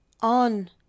On